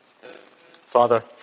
Father